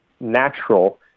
natural